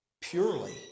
purely